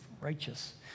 righteous